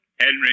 Henry